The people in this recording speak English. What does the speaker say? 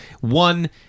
one